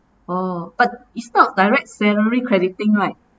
oh but it's not direct salary crediting right